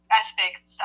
aspects